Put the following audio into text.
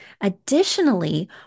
Additionally